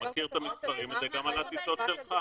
אתה מכיר את המספרים, הן גם על הטיסות שלך.